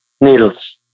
needles